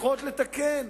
יכולת לתקן.